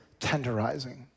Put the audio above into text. tenderizing